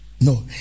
No